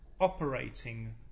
operating